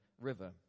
river